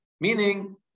meaning